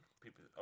People